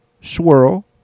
swirl